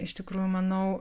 iš tikrųjų manau